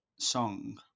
song